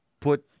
put